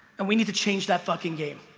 and we need to change that fucking game.